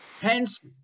Hence